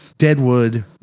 Deadwood